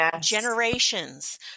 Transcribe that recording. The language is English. generations